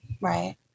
Right